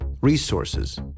resources